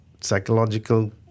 psychological